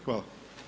Hvala.